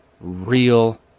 real